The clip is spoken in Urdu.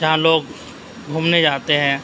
جہاں لوگ گھومنے جاتے ہیں